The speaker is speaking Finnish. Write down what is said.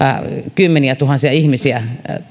kymmeniätuhansia ihmisiä on